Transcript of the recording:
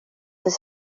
dydd